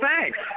thanks